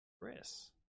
Chris